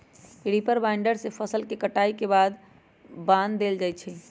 reaper binder से फसल के कटाई के बाद बान देल जाई छई